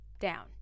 down